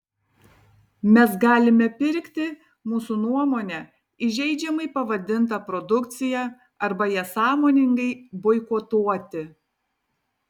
mes galime pirkti mūsų nuomone įžeidžiamai pavadintą produkciją arba ją sąmoningai boikotuoti